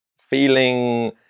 feeling